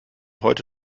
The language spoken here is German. heute